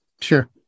Sure